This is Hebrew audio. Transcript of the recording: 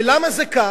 ולמה זה כך,